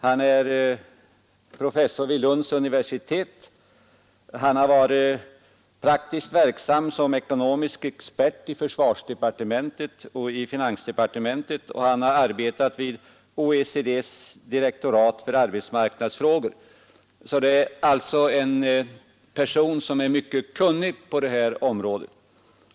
Han är professor vid Lunds universitet och har varit praktiskt verksam som ekonomisk expert i försvarsdepartementet och finansdepartementet. Han har också arbetat vid OECD direktorat för arbetsmarknadsfrågor. Det är alltså en person som är mycket kunnig på det här området.